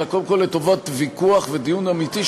אלא קודם כול לטובת ויכוח ודיון אמיתי,